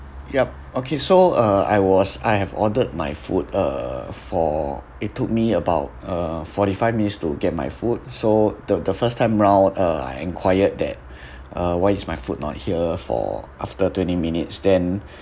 yup okay so uh I was I have ordered my food uh for it took me about uh forty five minutes to get my food so the the first time round uh I inquired that uh why is my food not here for after twenty minutes then